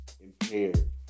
impaired